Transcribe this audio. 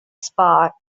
spot